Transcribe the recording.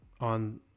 on